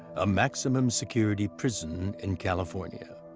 a maximum-security prison in california.